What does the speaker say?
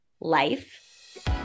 life